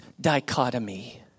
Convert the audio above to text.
dichotomy